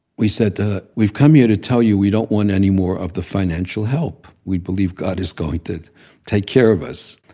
we said to her we've come here to tell you we don't want any more of the financial help. we believe god is going to take care of us.